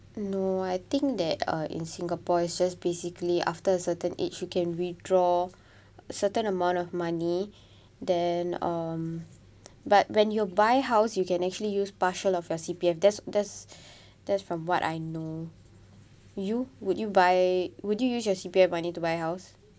no I think that uh in singapore is just basically after a certain age you can withdraw certain amount of money then um but when you buy house you can actually use partial of your C_P_F that's that's that's from what I know you would you buy would you use your C_P_F money to buy a house